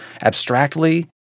abstractly